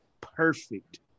perfect